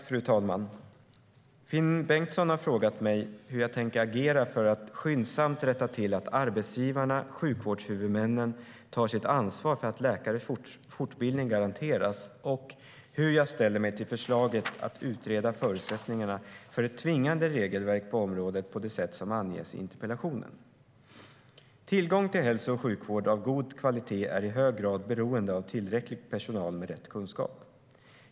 Fru talman! Finn Bengtsson har frågat mig hur jag tänker agera för att skyndsamt rätta till att arbetsgivarna, sjukvårdshuvudmännen, tar sitt ansvar för att läkares fortbildning garanteras och hur jag ställer mig till förslaget att utreda förutsättningarna för ett tvingande regelverk på området på det sätt som anges i interpellationen. Tillgång till hälso och sjukvård av god kvalitet är i hög grad beroende av tillräcklig personal med rätt kunskap.